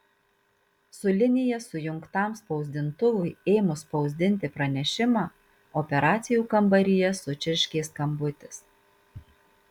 su linija sujungtam spausdintuvui ėmus spausdinti pranešimą operacijų kambaryje sučirškė skambutis